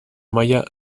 maila